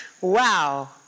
Wow